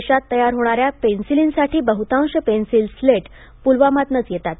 देशात तयार होणाऱ्या पेन्सिलींसाठी बहुतांश पेन्सिल स्लेट पुलवामातनंच येतात